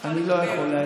אני לא יכול להגיד את זה,